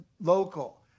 local